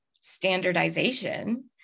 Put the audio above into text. standardization